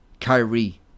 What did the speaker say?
Kyrie